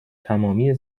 تمامی